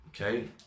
Okay